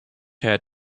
had